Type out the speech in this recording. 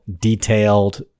detailed